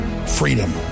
freedom